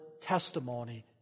testimony